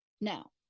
Now